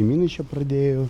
vieni čia pradėjo